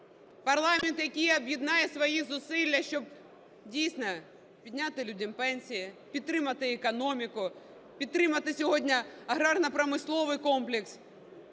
Парламент, який об'єднає свої зусилля, щоб, дійсно, підняти людям пенсії, підтримати економіку, підтримати сьогодні аграрно-промисловий комплекс.